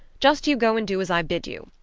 just you go and do as i bid you.